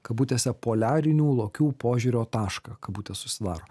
kabutėse poliarinių lokių požiūrio tašką kabutės užsidaro